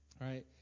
right